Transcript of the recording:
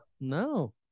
no